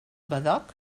badoc